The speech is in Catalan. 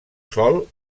sòl